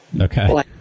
okay